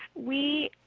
we